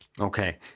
Okay